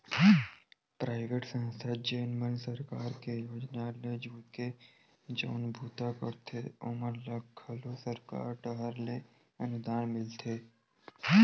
private संस्था जेन मन सरकार के योजना ले जुड़के जउन बूता करथे ओमन ल घलो सरकार डाहर ले अनुदान मिलथे